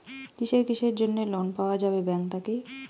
কিসের কিসের জন্যে লোন পাওয়া যাবে ব্যাংক থাকি?